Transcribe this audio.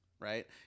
right